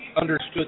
understood